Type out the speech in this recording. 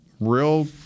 Real